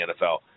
NFL